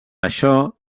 això